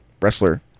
wrestler